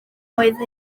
oedd